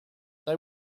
they